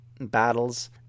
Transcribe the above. battles